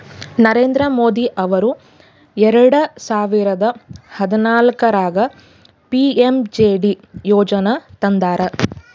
ನರೇಂದ್ರ ಮೋದಿ ಅವರು ಎರೆಡ ಸಾವಿರದ ಹದನಾಲ್ಕರಾಗ ಪಿ.ಎಮ್.ಜೆ.ಡಿ ಯೋಜನಾ ತಂದಾರ